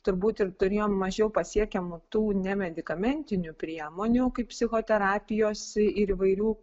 turbūt ir turėjom mažiau pasiekiamų tų nemedikamentinių priemonių kaip psichoterapijos ir įvairių